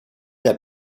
der